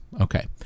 Okay